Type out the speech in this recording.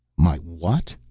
my what?